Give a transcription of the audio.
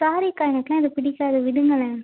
சாரிக்கா எனக்குலாம் இது பிடிக்காது விடுங்களேன்